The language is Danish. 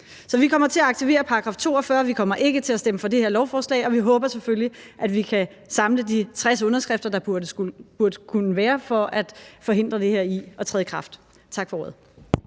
Så vi kommer til at aktivere § 42, og vi kommer ikke til at stemme for det her lovforslag. Og vi håber selvfølgelig, at vi kan samle de 60 underskrifter, der burde være her, for at forhindre det her i at træde i kraft. Tak for ordet.